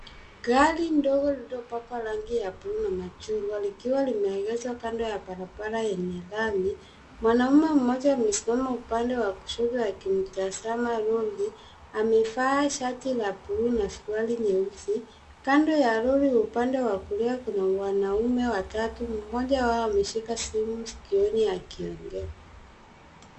Gari dogo likiwa limepakwa rangi ya blue na machungwa likiwa limeegezwa kando ya barabara yenye lami. Mwanamume mmoja amesimama upande wa kushoto akilitazama lori amevaa shati la blue na suruali nyeusi. Kando ya lori upande wa kulia kuna wanaume watatu, mmoja wao ameshika simu sikioni akiongea.